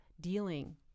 dealing